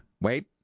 wait